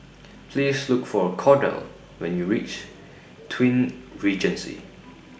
Please Look For Kordell when YOU REACH Twin Regency